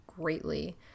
greatly